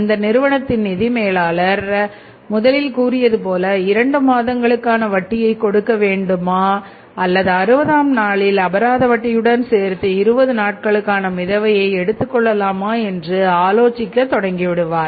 அந்த நிறுவனத்தின் நிதி மேலாளர் முதலில் கூறியது போல இரண்டு மாதங்களுக்கான வட்டியை கொடுக்க வேண்டுமா அல்லது 60ஆம் நாளில் அபராத வட்டியுடன் சேர்த்து 20 நாட்களுக்கான மிதவை எடுத்துக்கொள்ளலாமா என்று ஆலோசிக்க தொடங்கிவிடுவார்